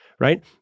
right